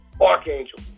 Archangel